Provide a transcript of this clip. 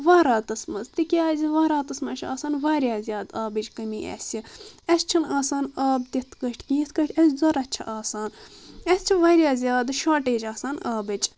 ؤہراتس منٛز تِکیٛازِ ؤہراتس منٛز چھِ آسان واریاہ زیادٕ آبٕچ کٔمی اسہِ اسہِ چھنہٕ آسان آب تِتھ کٲٹھۍ کینٛہہ یِتھ کٲٹھۍ اسہِ ضروٗرَت چھِ آسان اسہِ چھِ واریاہ زیادٕ شوٹیج آسان آبٕچ